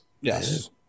Yes